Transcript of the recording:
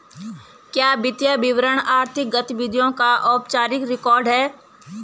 क्या वित्तीय विवरण आर्थिक गतिविधियों का औपचारिक रिकॉर्ड है?